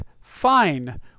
fine